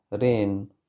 rain